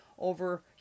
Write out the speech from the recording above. over